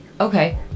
okay